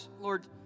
Lord